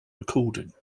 recording